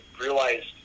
realized